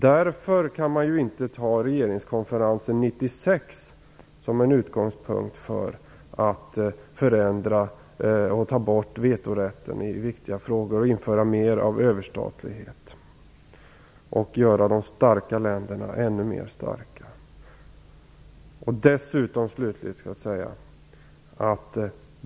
Därför kan man inte ta regeringskonferensen 1996 som en utgångspunkt för att förändra eller ta bort vetorätten i viktiga frågor, införa mer av överstatlighet och göra de starka länderna ännu mer starka.